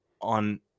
on